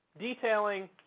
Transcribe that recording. detailing